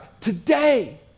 Today